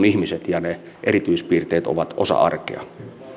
ihmiset ja ne erityispiirteet ovat osa arkea